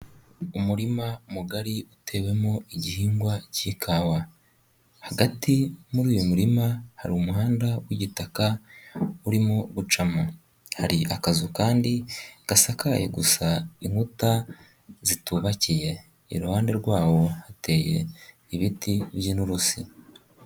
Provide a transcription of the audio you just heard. Umurima mugari utewemo igihingwa cy'ikawa, hagati muri uyu murima hari umuhanda w'igitaka urimo gucamo, hari akazu kandi gasakaye gusa inkuta zitubakiye iruhande rwawo hateye ibiti by'inturusi.